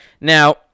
Now